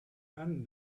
and